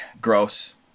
Gross